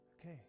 Okay